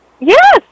Yes